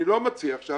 אני לא מציע עכשיו